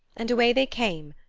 and away they came,